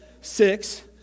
six